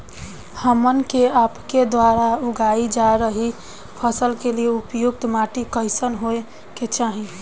हमन के आपके द्वारा उगाई जा रही फसल के लिए उपयुक्त माटी कईसन होय के चाहीं?